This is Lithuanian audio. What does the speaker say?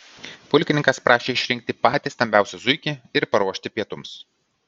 pulkininkas prašė išrinkti patį stambiausią zuikį ir paruošti pietums